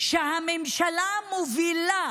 שהממשלה מובילה